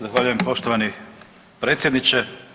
Zahvaljujem poštovani predsjedniče.